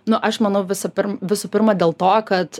nu aš manau visų pir visų pirma dėl to kad